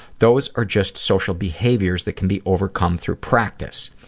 those are just social behaviors that can be overcome through practice.